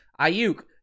Ayuk